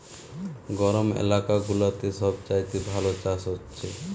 গরম এলাকা গুলাতে সব চাইতে ভালো চাষ হচ্ছে